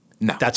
No